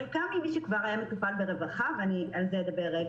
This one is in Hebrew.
כשחלקן ממי שכבר היה מטופל ברווחה ואדבר על זה,